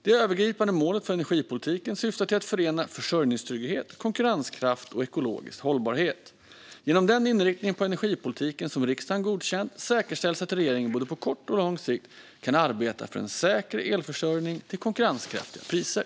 Det övergripande målet för energipolitiken syftar till att förena försörjningstrygghet, konkurrenskraft och ekologisk hållbarhet. Genom den inriktning på energipolitiken som riksdagen godkänt säkerställs att regeringen både på kort och på lång sikt kan arbeta för en säker elförsörjning till konkurrenskraftiga priser.